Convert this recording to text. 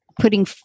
putting